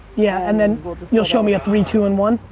yeah and then you'll show me a three, two and one?